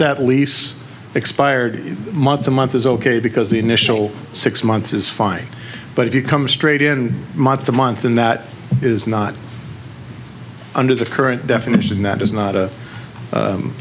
that lease expired months a month is ok because the initial six months is fine but if you come straight in month to month and that is not under the current definition that is not a